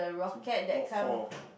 so got four